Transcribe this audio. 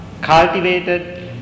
cultivated